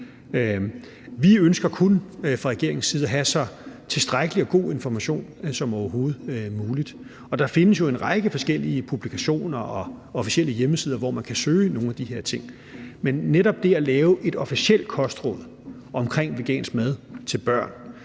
Vi ønsker fra regeringens side kun at have så tilstrækkelig og god information, som overhovedet muligt, og der findes jo en række forskellige publikationer og officielle hjemmesider, hvor man kan søge nogle af de her ting. Men netop i forhold til det at lave et officielt kostråd omkring vegansk mad til børn